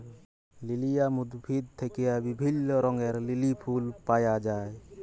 lilium উদ্ভিদ থেক্যে বিভিল্য রঙের লিলি ফুল পায়া যায়